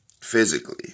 Physically